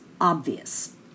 obvious